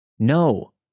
No